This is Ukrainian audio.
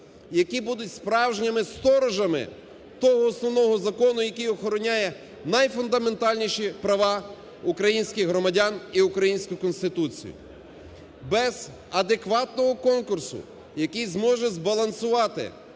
які будуть справжніми сторожами того Основного закону, який охороняє найфундаментальніші права українських громадян і української Конституції. Без адекватного конкурсу, який зможе збалансувати